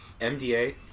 MDA